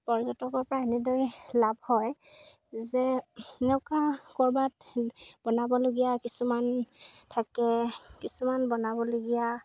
পৰ্যটকৰ পৰা এনেদৰে লাভ হয় যে এনেকুৱা ক'ৰবাত বনাবলগীয়া কিছুমান থাকে কিছুমান বনাবলগীয়া